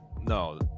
no